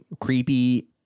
creepy